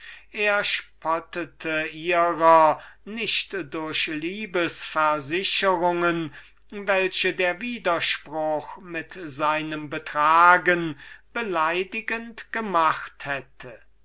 er spottete ihrer nicht durch liebes versicherungen welche der widerspruch mit seinem betragen beleidigend gemacht hätte